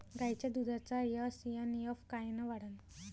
गायीच्या दुधाचा एस.एन.एफ कायनं वाढन?